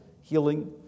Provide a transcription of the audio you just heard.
healing